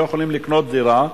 שלא יכולים לקנות דירה.